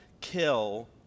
kill